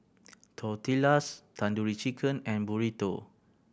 Tortillas Tandoori Chicken and Burrito